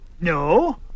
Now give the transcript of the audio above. No